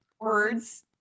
words